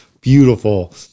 beautiful